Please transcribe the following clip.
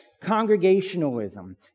congregationalism